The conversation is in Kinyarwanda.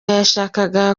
yashakaga